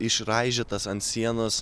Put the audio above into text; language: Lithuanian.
išraižytas ant sienos